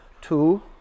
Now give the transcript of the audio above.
Two